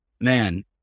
Man